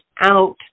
out